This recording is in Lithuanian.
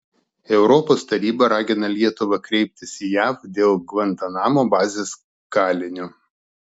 europos taryba ragina lietuvą kreiptis į jav dėl gvantanamo bazės kalinio